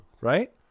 right